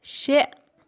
شےٚ